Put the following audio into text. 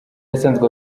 asanzwe